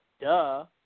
duh